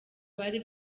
bari